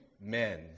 men